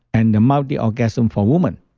and the multi-orgasm for women,